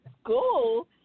school